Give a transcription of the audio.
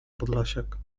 podlasiak